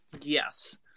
Yes